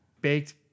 baked